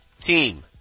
team